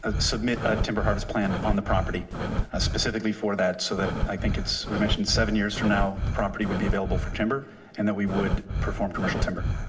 ah submit a timber harvest plan on the property ah specifically for that. so that i think it's, we mentioned seven years from now, the property would be available for timber and that we would perform commercial timber.